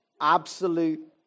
Absolute